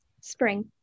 spring